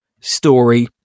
story